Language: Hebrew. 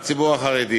הציבור החרדי,